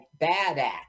Badat